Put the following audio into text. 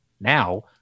now